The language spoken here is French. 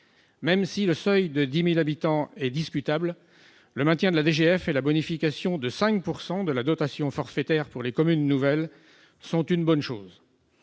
Même si le seuil de 10 000 habitants est discutable, le maintien de la DGF et la bonification de 5 % de la dotation forfaitaire pour les communes nouvelles sont une bonne chose.